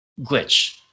glitch